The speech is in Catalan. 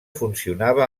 funcionava